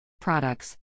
Products